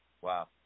Wow